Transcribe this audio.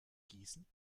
gießen